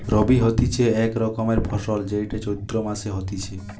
রবি হতিছে এক রকমের ফসল যেইটা চৈত্র মাসে হতিছে